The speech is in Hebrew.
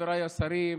חבריי השרים,